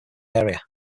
area